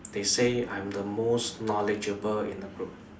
they say I'm the most knowledgeable in the group